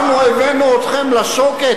הבאנו אתכם לשוקת,